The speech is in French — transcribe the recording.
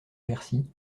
bercy